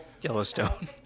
Yellowstone